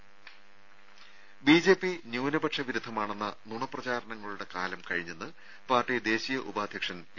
രും ബിജെപി ന്യൂനപക്ഷ വിരുദ്ധമാണെന്ന നുണ പ്രചാരണങ്ങളുടെ കാലം കഴിഞ്ഞെന്ന് പാർട്ടി ദേശീയ ഉപാധ്യക്ഷൻ എ